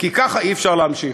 כי ככה אי-אפשר להמשיך.